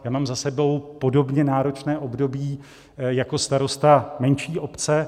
Já mám za sebou podobně náročné období jako starosta menší obce.